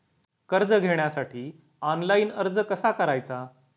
कर्ज घेण्यासाठी ऑनलाइन अर्ज कसा करायचा?